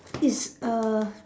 is a